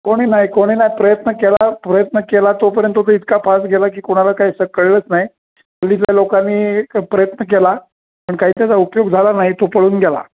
कोणी नाही कोणी नाही प्रयत्न केला प्रयत्न केला तोपर्यंत तो इतका फास गेला की कोणाला काही स कळलंच नाही परिसरातल्या लोकांनी प्रयत्न केला पण काहीचाच उपयोग झाला नाही तो पळून गेला